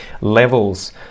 levels